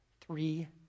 three